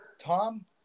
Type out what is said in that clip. Tom